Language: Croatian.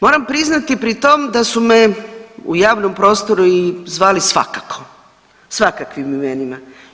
Moram priznati pri tom da su me u javnom prostoru zvali svakako, svakakvim imenima.